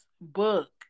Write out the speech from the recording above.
book